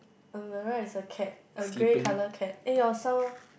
on the right is a cat a grey colour cat eh your sound